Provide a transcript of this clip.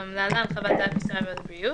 גם אני מסכימה שככה יש לפרש את מה שכתוב.